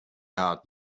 out